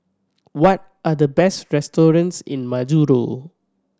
what are the best restaurants in Majuro